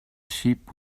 sheep